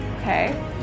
Okay